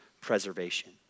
preservation